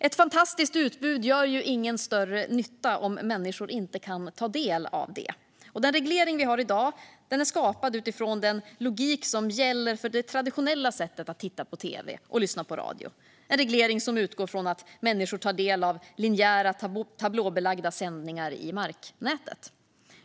Ett fantastiskt utbud gör ingen större nytta om människor inte kan ta del av det. Den reglering vi har i dag är skapad utifrån den logik som gäller för det traditionella sättet att titta på tv och lyssna på radio, en reglering som utgår från att människor tar del av linjära tablålagda sändningar i marknätet.